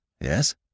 yes